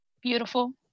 beautiful